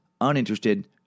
uninterested